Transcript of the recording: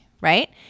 right